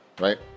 right